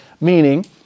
meaning